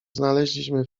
znaleźliśmy